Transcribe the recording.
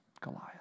Goliath